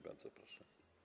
Bardzo proszę.